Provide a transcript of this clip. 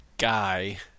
guy